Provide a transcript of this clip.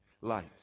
Light